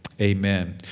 amen